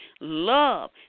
love